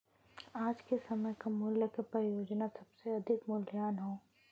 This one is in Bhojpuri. आज के समय क मूल्य क परियोजना सबसे अधिक मूल्यवान हौ